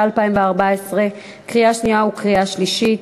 2014, לקריאה שנייה ולקריאה שלישית.